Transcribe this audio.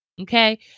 okay